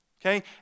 Okay